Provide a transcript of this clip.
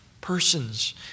persons